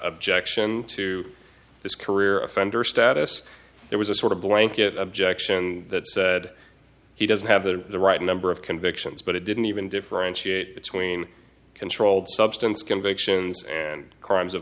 objection to this career offender status there was a sort of blanket objection that said he doesn't have the right number of convictions but it didn't even differentiate between controlled substance convictions and crimes of